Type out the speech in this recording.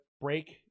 break